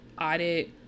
audit